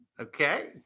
Okay